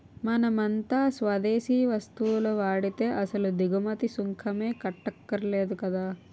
మనమంతా స్వదేశీ వస్తువులు వాడితే అసలు దిగుమతి సుంకమే కట్టక్కర్లేదు కదా